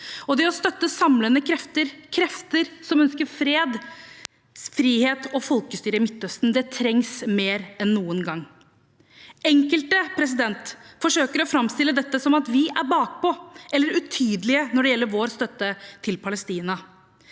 Det å støtte samlende krefter, krefter som ønsker fred, frihet og folkestyre i Midtøsten, trengs mer enn noen gang. Enkelte forsøker å framstille dette som at vi er bakpå eller utydelige når det gjelder vår støtte til Palestina,